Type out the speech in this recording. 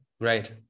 right